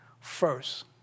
first